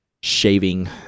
shaving